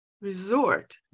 resort